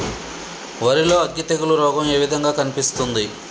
వరి లో అగ్గి తెగులు రోగం ఏ విధంగా కనిపిస్తుంది?